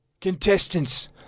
Contestants